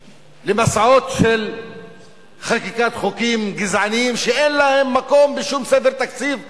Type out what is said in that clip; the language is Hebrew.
למסעות של חקיקת חוקים גזעניים שאין להם מקום בשום סדר תקציב בעולם.